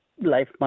life